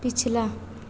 पिछला